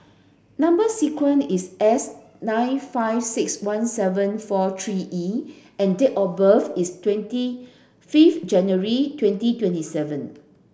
number sequence is S nine five six one seven four three E and date of birth is twenty fifth January twenty twenty seven